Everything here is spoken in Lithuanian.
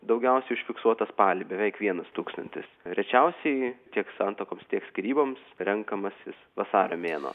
daugiausiai užfiksuota spalį beveik vienas tūkstantis rečiausiai tiek santuokoms tiek skyryboms renkamasis vasario mėnuo